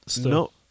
No